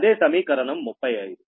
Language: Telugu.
అదే సమీకరణం 35